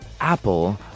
apple